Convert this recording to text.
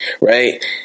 right